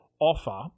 offer